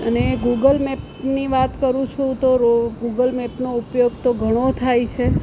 અને ગુગલ મેપની વાત કરું છું તો રો ગુગલ મેપનો ઉપયોગ તો ઘણો થાય છે